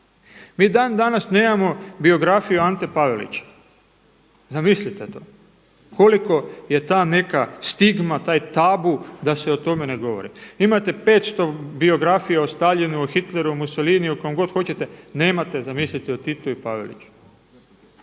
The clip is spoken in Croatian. Mi dan danas nemamo biografiju Ante Pavelića, zamislite to, koliko je ta neka stigma, taj tabu da se o tome ne govori. Imate 500 biografija o Staljinu, Hitleru, Mussoliniju kojem god hoćete, nemate zamislite o Titu i Paveliću,